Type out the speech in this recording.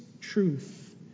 truth